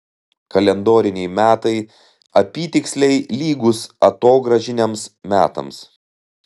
kalendoriniai metai apytiksliai lygūs atogrąžiniams metams